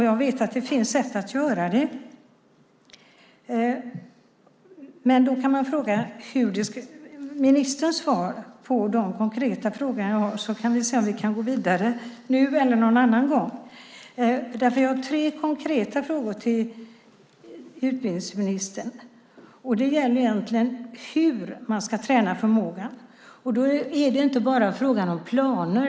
Jag vet att det finns sätt att göra det, och det framgår av ministerns svar på mina konkreta frågor. Då ska vi se om vi kan gå vidare nu eller någon annan gång. Jag har tre konkreta frågor till utbildningsministern. Det gäller hur man ska träna förmågan, och då är det inte bara fråga om planer.